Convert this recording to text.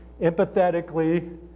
empathetically